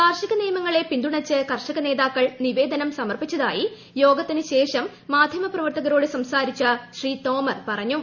കാർഷിക നിയമങ്ങളെ പിന്തുണച്ച് കർഷക നേതാക്കൾ നിവേദനം സമർപ്പിച്ചതായി യോഗത്തിന് ശേഷം മാധ്യമപ്രവർത്തകരോട് സംസാരിച്ച ശ്രീ തോമർ പറഞ്ഞു